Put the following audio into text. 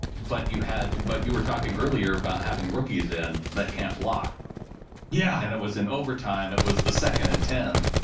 but you had, but you were talking earlier about having rookies in that can't block yeah and it was in overtime. it was the second and ten,